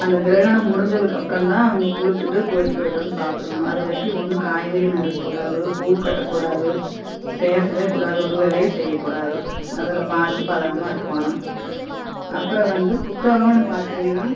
அந்த கிரகணம் முடிஞ்சதுக்கு அப்புறம் தான் அவங்க குளித்துட்டு கோவிலுக்கு போயிட்டு வந்து சாப்புடனும் அதுவரைக்கும் ஒன்னும் காய்கறி நறுக்க கூடாது பூ கட்ட கூடாது பேசவே கூடாது ஒரு வேலையும் செய்ய கூடாது அதில் பார்த்து பதனமாக இருக்கணும் அப்புறம் வந்து புத்தகனு பார்த்திங்கன்னா